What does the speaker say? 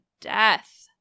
death